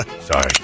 Sorry